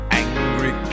angry